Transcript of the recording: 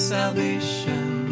salvation